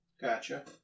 Gotcha